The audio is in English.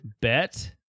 bet